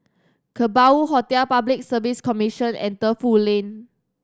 Kerbau Hotel Public Service Commission and Defu Lane